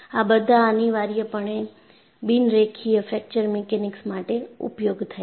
આ બધા અનિવાર્યપણે બિન રેખીય ફ્રેકચર મિકેનિક્સ માટે ઉપયોગ થાય છે